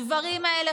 הדברים האלה,